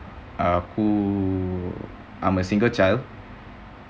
aku I'm a single child